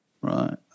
Right